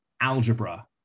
Algebra